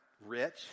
rich